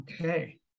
Okay